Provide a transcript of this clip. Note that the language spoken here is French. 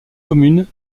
commune